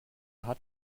hat